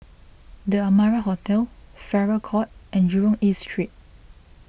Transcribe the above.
the Amara Hotel Farrer Court and Jurong East Street